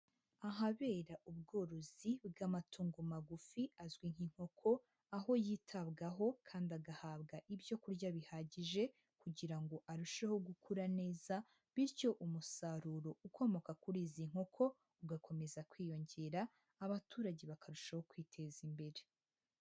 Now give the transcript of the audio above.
Ahabera ubworozi bw'amatungo magufi azwi nk'inkoko, aho yitabwaho kandi agahabwa ibyo kurya bihagije kugira ngo arusheho gukura neza bityo umusaruro ukomoka kuri izi nkoko ugakomeza kwiyongera abaturage bakarushaho kwiteza imbere.